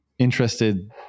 interested